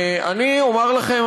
אני אומר לכם,